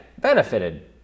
benefited